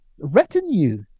retinue